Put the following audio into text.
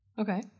Okay